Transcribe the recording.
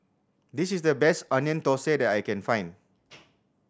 this is the best Onion Thosai that I can find